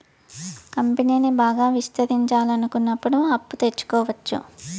కంపెనీని బాగా విస్తరించాలనుకున్నప్పుడు అప్పు తెచ్చుకోవచ్చు